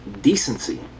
decency